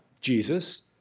Jesus